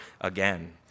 again